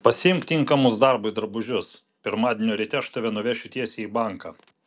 pasiimk tinkamus darbui drabužius pirmadienio ryte aš tave nuvešiu tiesiai į banką